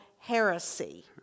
heresy